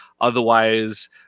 Otherwise